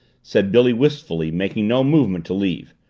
said billy wistfully, making no movement to leave.